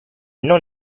non